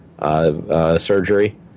surgery